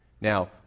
Now